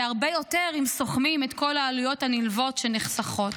והרבה יותר אם סוכמים את כל העלויות הנלוות שנחסכות.